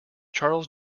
charles